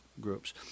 groups